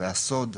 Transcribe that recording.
והסוד,